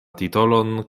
titolon